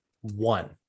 one